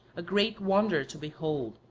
a great wonder to behold,